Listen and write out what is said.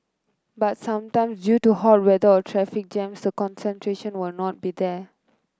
but sometime due to hot weather or traffic jams the concentration will not be there